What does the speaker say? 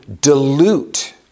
dilute